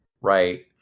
right